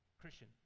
Christian